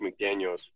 McDaniels